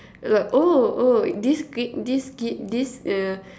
like oh oh this grade this grade this err